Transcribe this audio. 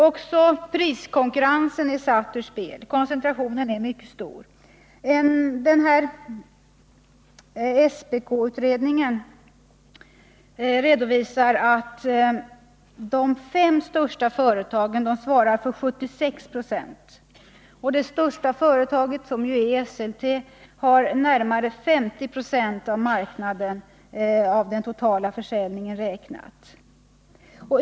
Också priskonkurrensen är satt ur spel. Koncentrationen är mycket stor. En SPK-utredning redovisar att de fem största företagen svarar för 76 96 av läromedlen. Det största företaget, som är Esselte, har närmare 50 96 av den totala försäljningen.